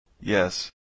Yes